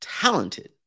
talented